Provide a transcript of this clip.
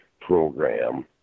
program